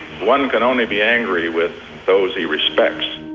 one can only be angry with those he respects.